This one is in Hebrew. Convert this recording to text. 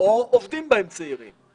או שעובדים בהם צעירים.